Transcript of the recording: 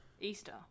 Easter